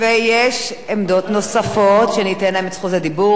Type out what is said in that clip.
ויש עמדות נוספות, שניתן להן את רשות הדיבור.